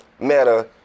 meta